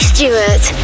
Stewart